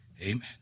Amen